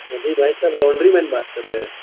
جی بھائی صاحب لانڈری مین بات کر رہے